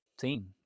team